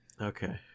okay